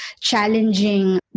challenging